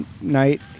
night